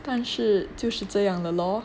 但是就是这样 [le] lor